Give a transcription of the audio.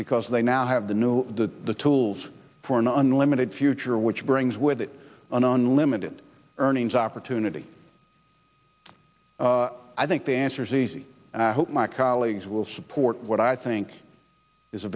because they now have the new the the tools for an unlimited future which brings with it an unlimited earnings opportunity i think the answer is easy and i hope my colleagues will support what i think is a